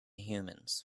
humans